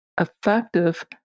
effective